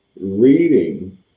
reading